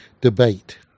debate